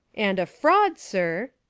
and a fraud, sir.